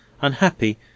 Unhappy